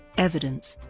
evidence